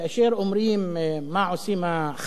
אומרים: מה עושים הח"כים הערבים,